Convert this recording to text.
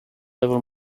level